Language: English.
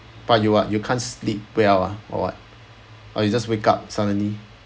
but you are you can't sleep well ah or what or you just wake up suddenly